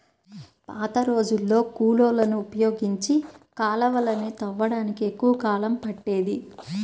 పాతరోజుల్లో కూలోళ్ళని ఉపయోగించి కాలవలని తవ్వడానికి ఎక్కువ కాలం పట్టేది